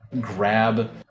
grab